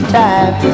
time